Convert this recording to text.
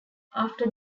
after